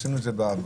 עשינו את זה בעבר,